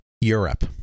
Europe